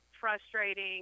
frustrating